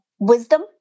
Wisdom